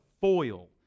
foil